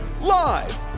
Live